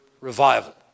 revival